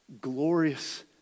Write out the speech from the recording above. glorious